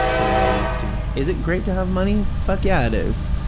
the way i used to. is it great to have money? fuck yeah, it is.